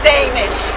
Danish